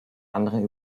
anderen